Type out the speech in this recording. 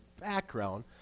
background